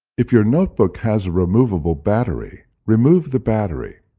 if your notebook has a removable battery, remove the battery.